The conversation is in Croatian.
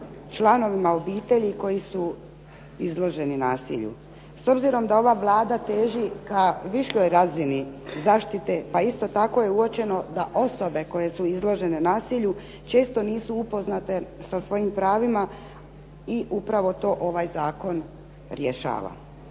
članovima obitelji koji su izloženi nasilju. S obzirom da ova Vlada teži ka višljoj razini zaštite, pa isto tako je uočeno da osobe koje su izložene nasilju često nisu upoznate sa svojim pravima i upravo to ovaj zakon rješava.